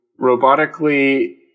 robotically